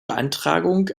beantragung